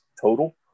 total